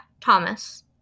Thomas